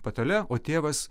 patale o tėvas